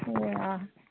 ए अँ